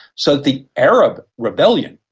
so the arab rebellion,